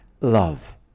love